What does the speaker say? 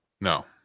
No